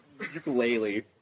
ukulele